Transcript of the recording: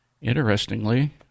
Interestingly